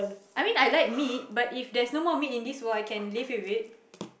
I mean I like meat but if there's no more meat in this world I can live with it